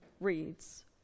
reads